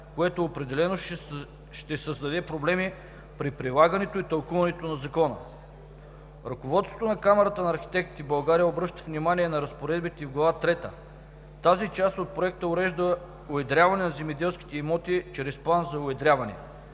което определено ще създаде проблеми при прилагането и тълкуването на Закона. Ръководството на Камарата на архитектите в България обръща внимание и на разпоредбите в Глава трета. Тази част от Проекта урежда уедряването на земеделските имоти чрез план за уедряване.